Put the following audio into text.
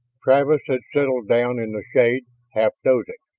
travis had settled down in the shade, half dozing,